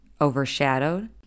overshadowed